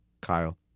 Kyle